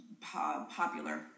popular